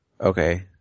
okay